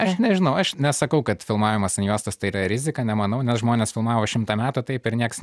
aš nežinau aš nesakau kad filmavimas ant juostos tai yra rizika nemanau nes žmonės filmavo šimtą metų taip ir nieks